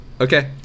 Okay